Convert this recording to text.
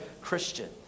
Christian